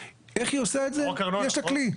איך היא עושה את זה - יש לה כלי.